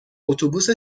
اتوبوس